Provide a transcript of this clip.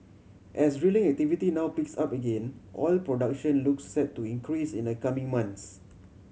as drilling activity now picks up again oil production looks set to increase in the coming months